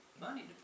money